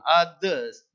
others